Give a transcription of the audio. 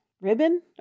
ribbon